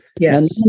Yes